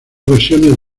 versiones